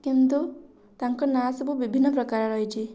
କିନ୍ତୁ ତାଙ୍କ ନାଁ ସବୁ ବିଭିନ୍ନ ପ୍ରକାର ରହିଛି